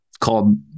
called